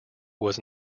was